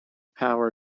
power